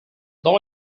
law